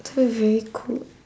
very cool